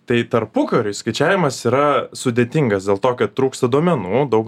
tai tarpukary skaičiavimas yra sudėtingas dėl to kad trūksta duomenų daug